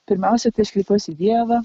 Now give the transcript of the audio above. pirmiausiai tai aš kreipiuosi į dievą